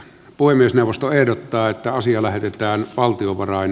puhemiesneuvosto ehdottaa että asia lähetetään valtiovarain